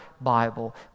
Bible